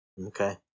Okay